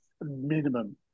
minimum